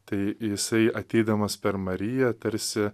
tai jisai ateidamas per mariją tarsi